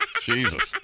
Jesus